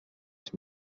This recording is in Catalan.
els